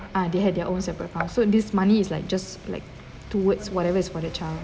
ah they had their own separate account so this money is like just like towards whatever is for the child